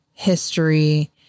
history